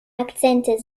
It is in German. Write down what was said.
akzente